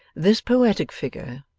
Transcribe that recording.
this poetic figure,